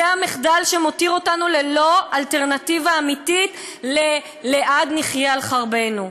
זה המחדל שמותיר אותנו ללא אלטרנטיבה אמיתית ל"לעד נחיה על חרבנו".